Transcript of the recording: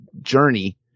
journey